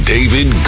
David